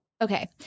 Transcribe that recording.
Okay